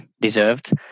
deserved